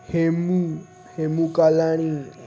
Hemu Hemu Kalani